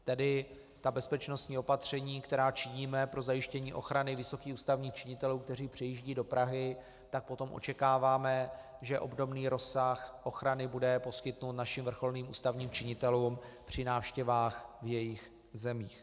Tedy ta bezpečností opatření, která činíme pro zajištění ochrany vysokých ústavních činitelů, kteří přijíždějí do Prahy, tak potom očekáváme, že obdobný rozsah ochrany bude poskytnut našim vrcholným ústavním činitelům při návštěvách v jejich zemích.